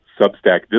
substack